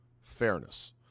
fairness